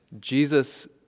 Jesus